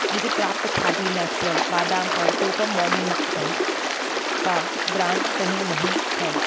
मुझे प्राप्त खादी नेचुरल बादाम और कोकम बॉडी मक्खन का ब्रांड सही नहीं है